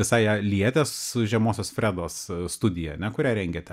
visai ją lietę su žemosios fredos studija ane kurią rengėte